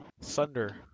Thunder